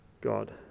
God